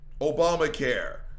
Obamacare